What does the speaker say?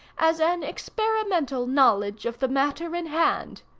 as an experimental knowledge of the matter in hand.